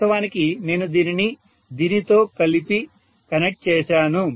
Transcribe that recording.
వాస్తవానికి నేను దీనిని దీనితో కలిపి కనెక్ట్ చేశాను